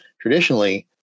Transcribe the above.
traditionally